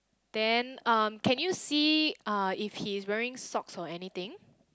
then um can you see uh if he's wearing socks or anything